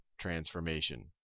transformation